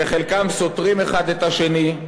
וחלקם סותרים האחד את השני,